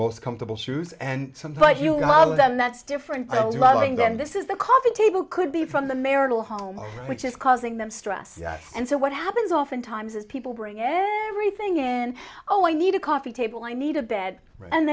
most comfortable shoes and some put you out of them that's different i was buying them this is the coffee table could be from the marital home which is causing them stress and so what happens oftentimes is people bringing everything in zero one need a coffee table i need a bed and